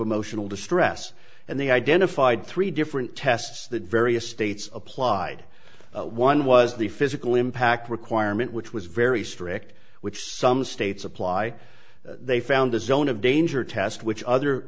emotional distress and they identified three different tests that various states applied one was the physical impact requirement which was very strict which some states apply they found a zone of danger test which other